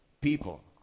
People